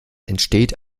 entsteht